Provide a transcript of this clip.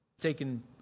taken